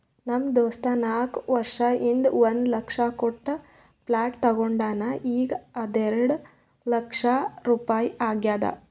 ನಮ್ ದೋಸ್ತ ನಾಕ್ ವರ್ಷ ಹಿಂದ್ ಒಂದ್ ಲಕ್ಷ ಕೊಟ್ಟ ಪ್ಲಾಟ್ ತೊಂಡಾನ ಈಗ್ಎರೆಡ್ ಲಕ್ಷ ರುಪಾಯಿ ಆಗ್ಯಾದ್